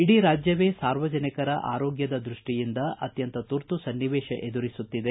ಇಡೀ ರಾಜ್ಯವೇ ಸಾರ್ವಜನಿಕರ ಆರೋಗ್ದದ ದೃಷ್ಟಿಯಿಂದ ಅತ್ಯಂತ ತುರ್ತು ಸನ್ನಿವೇಶ ಎದುರಿಸುತ್ತಿದೆ